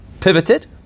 pivoted